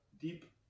deep